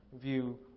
view